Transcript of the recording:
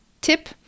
tip